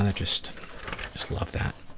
and just love that.